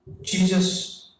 Jesus